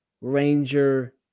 Ranger